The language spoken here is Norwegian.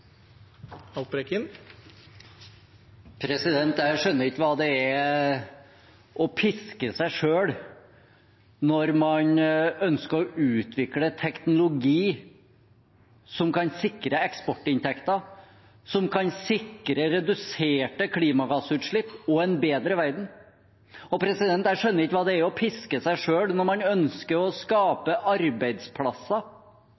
Jeg skjønner ikke hva det er å piske seg selv når man ønsker å utvikle teknologi som kan sikre eksportinntekter, som kan sikre reduserte klimagassutslipp og en bedre verden. Og jeg skjønner ikke hva det er å piske seg selv når man ønsker å